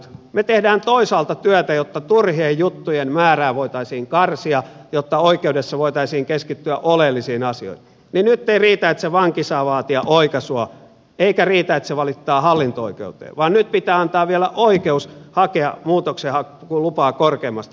kun me teemme toisaalta työtä jotta turhien juttujen määrää voitaisiin karsia jotta oikeudessa voitaisiin keskittyä oleellisiin asioihin niin nyt ei riitä että se vanki saa vaatia oikaisua eikä riitä että se valittaa hallinto oikeuteen vaan nyt pitää antaa vielä oikeus hakea muutoksenhakulupaa korkeimmasta hallinto oikeudesta